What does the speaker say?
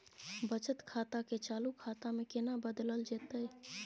बचत खाता के चालू खाता में केना बदलल जेतै?